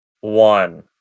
one